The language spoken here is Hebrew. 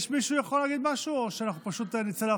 יש מישהו שיכול להגיד משהו או שאנחנו פשוט נצא להפסקה?